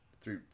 three